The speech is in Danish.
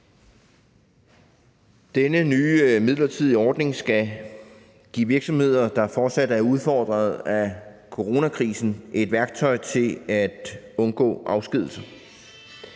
Denne nye midlertidige ordning skal give virksomheder, der fortsat er udfordret af coronakrisen, et værktøj til at undgå afskedigelser.